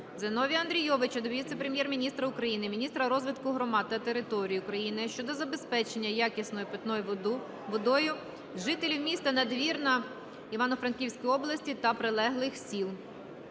Зіновія Андрійовича до віце-прем'єр-міністра України - міністра розвитку громад та територій України щодо забезпечення якісною питною водою жителів м. Надвірна, Івано-Франківської обл., та прилеглих сіл.